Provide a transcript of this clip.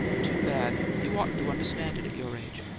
too bad! you oughtn't to understand it at your age.